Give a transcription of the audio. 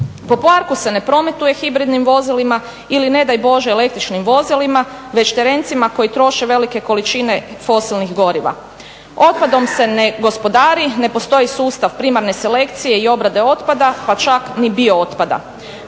Po parku se ne prometuje hibridnim vozilima ili ne daj Bože električnim vozilima već terencima koji troše velike količine fosilnih goriva. Otpadom se ne gospodari, ne postoji sustav primarne selekcije i obrade otpada pa čak ni bio otpada.